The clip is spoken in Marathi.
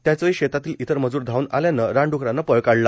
त्याचवेळी शेतातील इतर मजूर धावून आल्यानं रानड्कराने पळ काढला